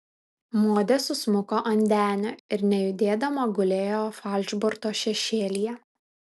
modė susmuko ant denio ir nejudėdama gulėjo falšborto šešėlyje